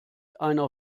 einer